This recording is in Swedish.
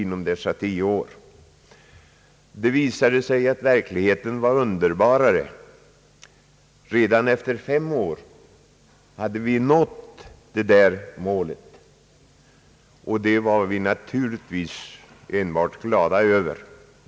Det visade sig att verkligheten var underbarare än så. Redan efter fem år hade vi nått det utsatta målet, och det var vi naturligtvis enbart glada över.